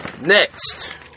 Next